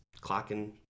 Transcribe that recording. clocking